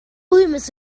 rumors